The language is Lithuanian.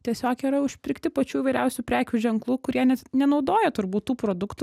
tiesiog yra užpirkti pačių įvairiausių prekių ženklų kurie net nenaudoja turbūt tų produktų